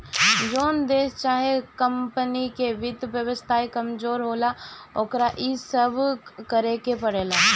जोन देश चाहे कमपनी के वित्त व्यवस्था कमजोर होला, ओकरा इ सब करेके पड़ेला